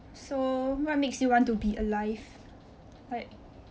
so what makes you want to be alive like